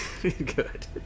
Good